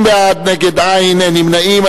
30 בעד, נגד, אַין, אין נמנעים.